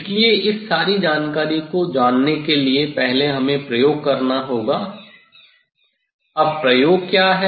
इसलिए इस सारी जानकारी को जानने के लिए पहले हमें यह प्रयोग करना होगा अब प्रयोग क्या है